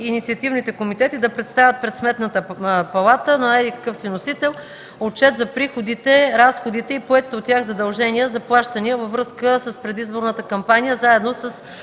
инициативните комитети да представят пред Сметната палата на еди-какъв си носител отчет за приходите, разходите и поетите от тях задължения за плащания във връзка с предизборната кампания, заедно с